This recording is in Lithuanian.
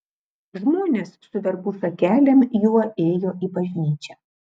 žmonės su verbų šakelėm juo ėjo į bažnyčią